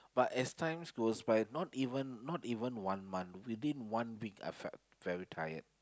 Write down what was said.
but as time goes by not even not even month within one week I felt very tired